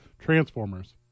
Transformers